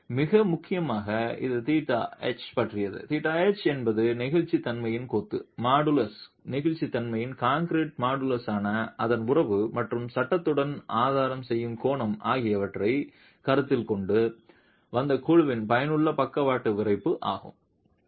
எனவே மிக முக்கியமாக இது λh பற்றியது λh என்பது நெகிழ்ச்சித்தன்மையின் கொத்து மாடுலஸ் நெகிழ்ச்சித்தன்மையின் கான்கிரீட் மாடுலஸுடனான அதன் உறவு மற்றும் சட்டத்துடன் ஆதாரம் செய்யும் கோணம் ஆகியவற்றைக் கருத்தில் கொண்டு வந்த குழுவின் பயனுள்ள பக்கவாட்டு விறைப்பு ஆகும்